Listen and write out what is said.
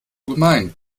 gemein